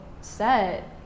set